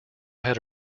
had